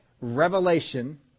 revelation